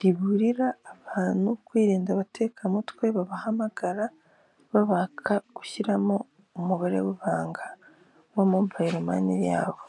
riburira abantu kwirinda abatekamutwe, babahamagara babaka gushyiramo umubare w'ibanga wa mobayiro mani yabo.